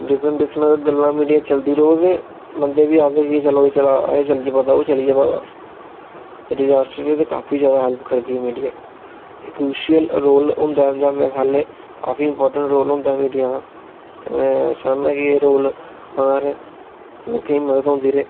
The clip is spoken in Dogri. डिफरेंट डिफरेंट मिडिया चलदी रोग ते बंदे बी आक्खदे कि एह् चलो चला दा जल्दी पता चली गेआ चली गेआ पता डिजास्टर ते काफी ज्यादा हैल्प करदी मिडिया इक क्रुशल रोल होंदा ऐ इंदा में आक्खना काफी इमाटेंट रोल होंदा ऐ मिडिया दा में चाहन्ना कि एह् रोल बना रहे लोकें दी मदद होंदी रेह्